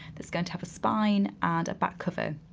that's going to have a spine and a back cover.